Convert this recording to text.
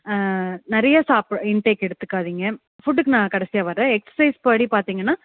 நிறைய சாப்பிட இன்டேக் எடுத்துக்காதீங்க ஃபுட்க்கு நான் கடைசியாக வரேன் எக்சசைஸ் படி பார்த்திங்கனா